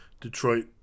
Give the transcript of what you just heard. Detroit